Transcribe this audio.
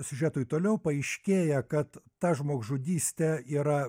siužetui toliau paaiškėja kad ta žmogžudystė yra